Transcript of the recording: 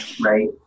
Right